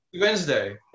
Wednesday